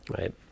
right